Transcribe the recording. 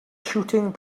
shooting